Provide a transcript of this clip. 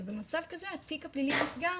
ובמצב כזה התיק הפלילי נסגר,